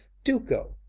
do go!